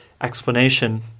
Explanation